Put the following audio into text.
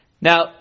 Now